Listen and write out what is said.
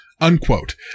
Unquote